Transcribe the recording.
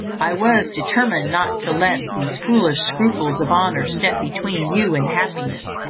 i was determined not to let these foolish scruples of honour step between you and happiness,